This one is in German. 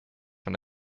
von